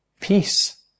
Peace